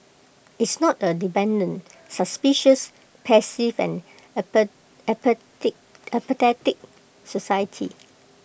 it's not A dependent suspicious passive and apathetic society